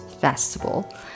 Festival